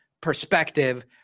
perspective